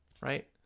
right